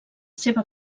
seva